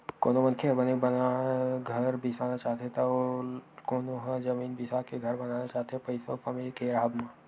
कोनो मनखे ह बने बुनाए घर बिसाना चाहथे त कोनो ह जमीन बिसाके घर बनाना चाहथे पइसा अउ समे के राहब म